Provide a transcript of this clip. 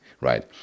right